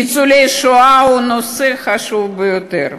ניצולי שואה, הוא נושא חשוב ביותר,